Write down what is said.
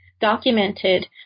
documented